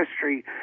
history